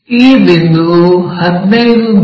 ಈ ಬಿಂದುವು 15 ಮಿ